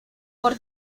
por